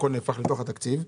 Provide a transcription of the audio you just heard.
הכול נהפך לתוך התקציב,